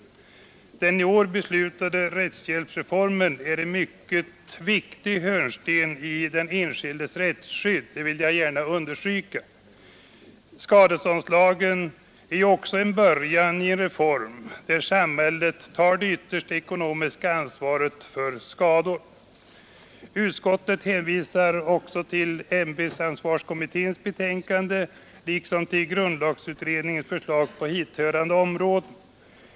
Jag vill understryka att den i år beslutade rättshjälpsreformen är en mycket viktig hörnsten i den enskildes rättsskydd. Skadeståndslagen är vidare början till en reform, som innebär att samhället tar det yttersta ekonomiska ansvaret för skador genom myndighetsutövning. Utskottet hänvisar också till ämbetsansvarskommitténs betänkande liksom till grundlagberedningens förslag på hithörande områden.